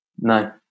No